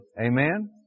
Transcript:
Amen